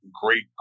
great